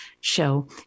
show